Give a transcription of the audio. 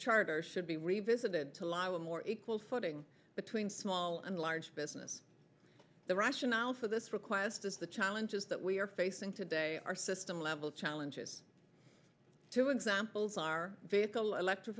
charter should be revisited to live a more equal footing between small and large business the rationale for this requires that the challenges that we are facing today are system level challenges two examples are vehicle electri